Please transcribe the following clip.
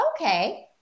okay